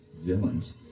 villains